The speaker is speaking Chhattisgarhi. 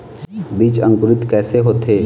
बीज अंकुरित कैसे होथे?